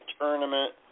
tournament